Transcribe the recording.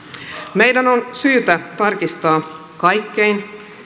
meidän on syytä tarkistaa kaikkein